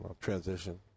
transition